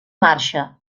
marxa